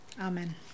amen